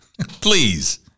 Please